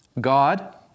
God